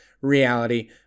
reality